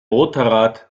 motorrad